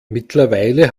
mittlerweile